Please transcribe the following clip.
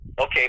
Okay